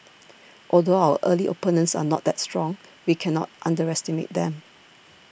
although our early opponents are not that strong we cannot underestimate them